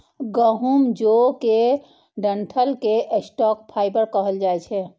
गहूम, जौ के डंठल कें स्टॉक फाइबर कहल जाइ छै